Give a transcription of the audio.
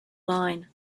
line